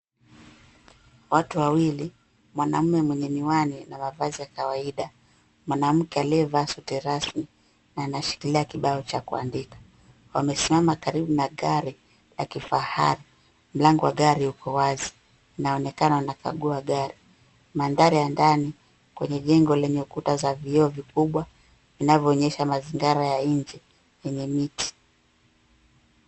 Watu wawili, mwanaume mwenye miwani na mavazi ya kawaida, mwanamke aliyevaa suti rasmi na anashikilia kibao cha kuandika, wamesimama karibu na gari la kifahari. Mlango wa gari uko wazi, inaonekana wanakagua gari. Mandhari ya ndani, kwenye jengo lenye ukuta za vioo vikubwa, vinavyoonyesha mazingira ya nje yenye miti.